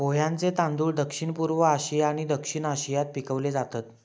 पोह्यांचे तांदूळ दक्षिणपूर्व आशिया आणि दक्षिण आशियात पिकवले जातत